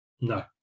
No